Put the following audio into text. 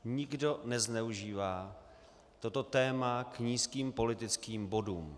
Nikdo nezneužívá toto téma k nízkým politickým bodům.